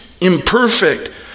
imperfect